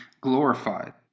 glorified